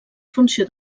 funció